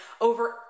over